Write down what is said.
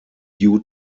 due